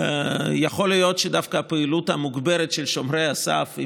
יכול להיות שדווקא הפעילות המוגברת של שומרי הסף,